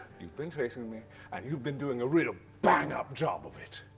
you've been chasing me and you've been doing a real bang-up job of it,